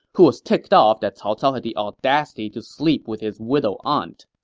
who was ticked off that cao cao had the audacity to sleep with his widowed aunt.